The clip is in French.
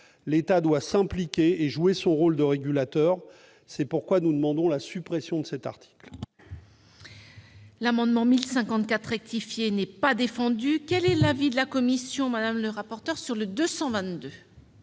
L'État doit s'impliquer et jouer son rôle de régulateur. C'est pourquoi nous demandons la suppression de cet article. L'amendement n° 1054 rectifié n'est pas soutenu. Quel est l'avis de la commission sur l'amendement n° 222 ?